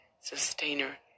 sustainer